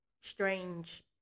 strange